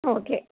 okay